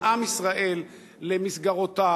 את עם ישראל למסגרותיו,